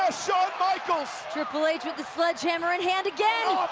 ah shawn michaels! triple h with the sledgehammer in hand again!